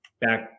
back